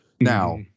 now